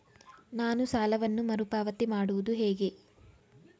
ನಾನು ಸಾಲವನ್ನು ಮರುಪಾವತಿ ಮಾಡುವುದು ಹೇಗೆ?